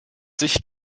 sich